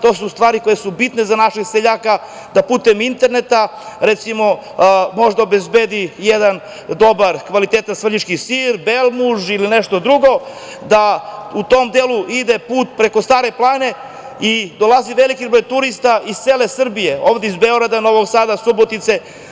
To su stvari koje su bitne za našeg seljaka, da putem interneta, recimo može da obezbedi jedan dobar, kvalitetan svrljiški sir, belmuž ili nešto drugo da u tom delu ide put preko Stare planine i dolazi veliki broj turista iz cele Srbije, ovde iz Beograda, Novog Sada, Subotice.